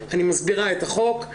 אני מסבירה את החוק,